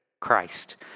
Christ